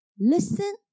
listen